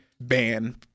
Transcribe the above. ban